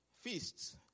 feasts